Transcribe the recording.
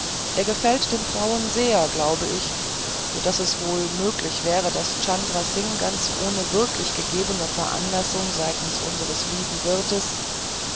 er gefällt den frauen sehr glaube ich so daß es wohl möglich wäre daß chandra singh ganz ohne wirklich gegebene veranlassung seitens unseres lieben wirtes